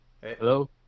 Hello